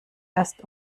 erst